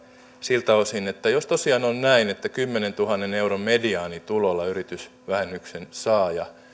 siltä osin että jos tosiaan on näin että kymmenentuhannen euron mediaanitulolla yritysvähennyksen saa ja